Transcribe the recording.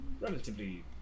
relatively